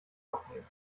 aufnehmen